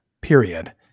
period